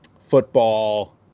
football